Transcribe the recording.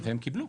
הם קיבלו.